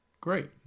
Great